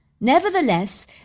Nevertheless